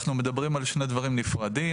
אנחנו מדברים על שני דברים נפרדים,